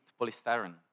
polystyrene